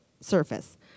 surface